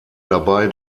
dabei